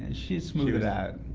she smoothed it out.